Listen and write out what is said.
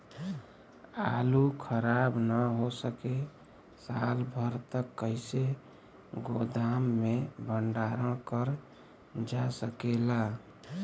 आलू खराब न हो सके साल भर तक कइसे गोदाम मे भण्डारण कर जा सकेला?